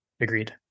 Agreed